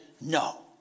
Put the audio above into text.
no